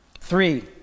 Three